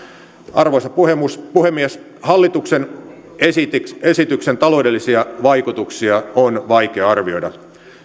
arvoisa puhemies puhemies hallituksen esityksen taloudellisia vaikutuksia on vaikea arvioida